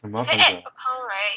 很麻烦 sia